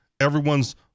everyone's